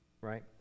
right